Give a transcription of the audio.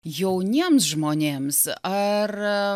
jauniems žmonėms ar